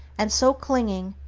and so clinging,